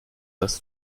das